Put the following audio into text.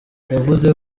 yavuze